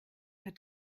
hat